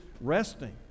resting